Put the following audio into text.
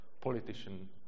politician